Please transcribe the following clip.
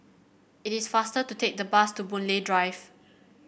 it is faster to take the bus to Boon Lay Drive